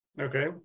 Okay